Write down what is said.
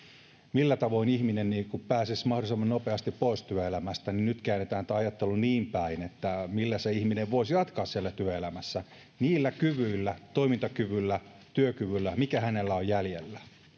millä tavoin ihminen pääsisi mahdollisimman nopeasti pois työelämästä niin nyt käännetään tämä ajattelu niin päin että millä se ihminen voisi jatkaa työelämässä niillä kyvyillä toimintakyvyllä työkyvyllä mitä hänellä on jäljellä